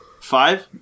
Five